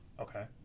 Okay